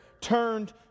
turned